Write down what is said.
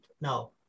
No